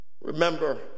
Remember